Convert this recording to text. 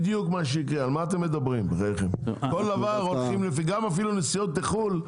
גם נסיעות לחו"ל,